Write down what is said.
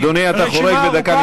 אדוני, אתה חורג בדקה.